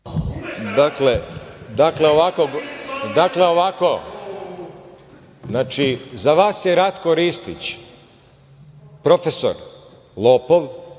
Dakle, ovako, znači za vas je Ratko Ristić, profesor lopov,